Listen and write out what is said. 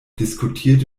diskutiert